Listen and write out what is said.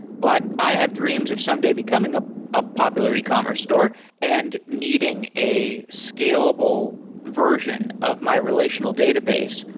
but i have dreams of someday becoming ah a popular e-commerce store and needing a scalable version of my relational database.